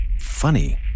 funny